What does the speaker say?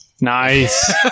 Nice